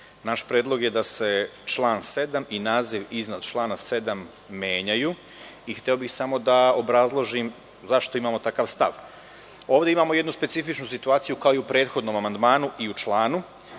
naš predlog je da se član 7. i naziv iznad člana 7. menjaju. Hteo bih samo da obrazložim zašto imamo takav stav. Ovde imamo jednu specifičnu situaciju, kao i u prethodnom amandmanu i u članu.